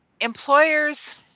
employers